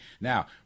Now